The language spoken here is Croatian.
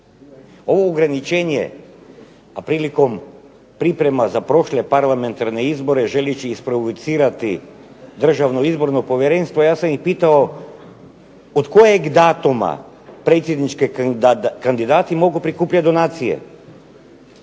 Ovo ograničenje, a prilikom priprema za prošle parlamentarne izbore želeći isprovocirati Državno izborno povjerenstvo ja sam ih pitao, od kojeg datuma predsjednički kandidati mogu prikupljati donacije?